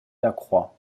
lacroix